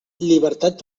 llibertat